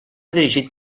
dirigit